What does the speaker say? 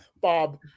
Bob